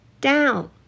Down